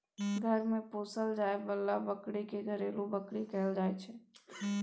घर मे पोसल जाए बला बकरी के घरेलू बकरी कहल जाइ छै